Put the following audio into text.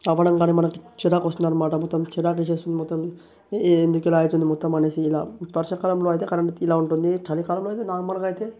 అవ్వడంకాని మనకి చిరాకొస్తుందన్నమాట మొత్తం చిరాకేసేస్తుంది మొత్తం ఏ ఎందుకిలా అవుతుంది మొత్తం అనేసి ఇలా వర్షాకాలంలో అయితే కరెంట్ ఇలా ఉంటుంది చలికాలంలో అయితే నార్మల్గా అయితే